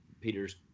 Peter's